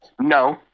no